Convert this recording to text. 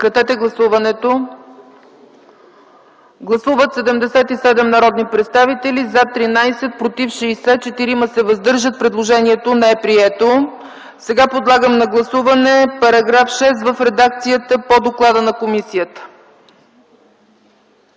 Подлагам на гласуване § 6 в редакцията по доклада на комисията.